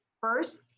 first